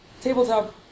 tabletop